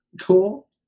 cool